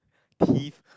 he